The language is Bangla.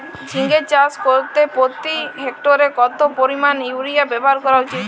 ঝিঙে চাষ করতে প্রতি হেক্টরে কত পরিমান ইউরিয়া ব্যবহার করা উচিৎ?